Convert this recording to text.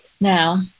now